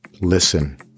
listen